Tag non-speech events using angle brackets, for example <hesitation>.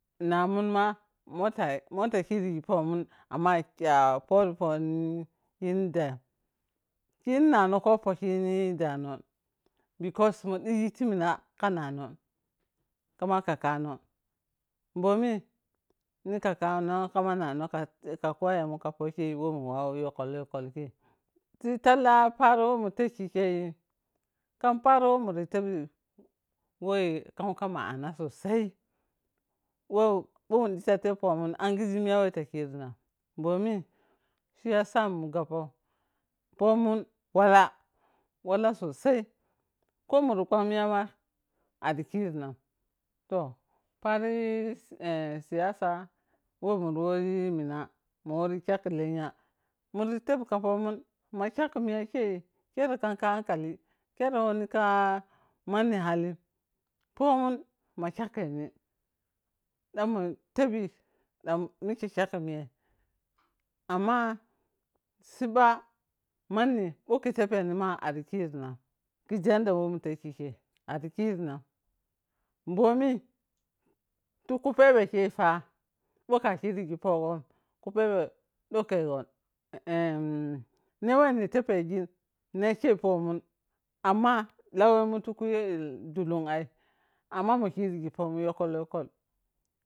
Namunma motto motto kirigi pomon amma a poroponi kini ɗa kini nano kopo pini kini danon because mudigi ti mina ka nano kama kakkano, bomi ni kakkano kama nano ka koye mun ka pokei whe muwawo yokkol-yokko kei. ti talla paro whe mutakki kei kam paro whe mura tebi kamka ma’ana sosai. Bhomu ɗita teppomun angige miya whe takirina bomin shiyasa mu gappou pomun wala wala sosai ko muru kwam miya ma ariki rinan toh, pari eh siyasa whe muri wari mina muworo kyakki lenya muri tebi ka pomun ma kyakki miga kei kero kam ka hankali kero womni ka manni halin, pomun ma kyakkeni ɗan mun tebi ma mike kyakkhi miyai amma sibba manni bho ka teppeni ma arikirinan kiȝi yadda whei mutekki kei arikirinan, bomi tiku pebekoi ʢa, bho kakirigi pogon kupebe ɗokkhe gon <hesitation> ne weniri teppegin ne kei pomun amma lawemun tiku yel dulung ai amma mukirigi pomun yokkol-yokkol.